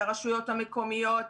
הרשויות המקומיות,